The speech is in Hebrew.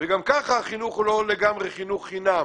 גם ככה החינוך הוא לא לגמרי חינוך חינם,